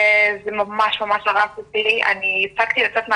זה ממש ממש קשה, אני הפסקתי לצאת מהחדר,